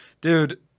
Dude